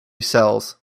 cells